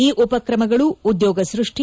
ಈ ಉಪಕ್ರಮಗಳು ಉದ್ಯೋಗ ಸೃಷ್ಟಿ